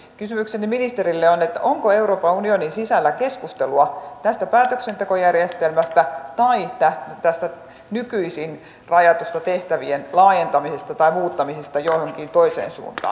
kysymykseni ministerille on että onko euroopan unionin sisällä keskustelua tästä päätöksentekojärjestelmästä tai tästä nykyisin rajatusta tehtävien laajentamisesta tai muuttamisesta johonkin toiseen suuntaan